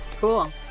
Cool